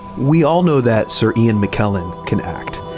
we all know that sir ian mckellen can act,